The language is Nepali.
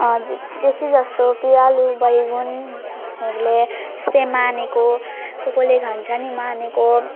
बेसी जस्तो पिँडालु बैगुनहरूले यस्तै मानेको कसकसले खान्छ्न् मानेको